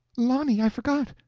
lonny, i forgot!